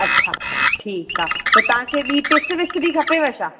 अच्छा ठीकु आहे त तव्हांखे ॿी पिस विस बि खपेव छा